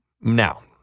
Now